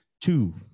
two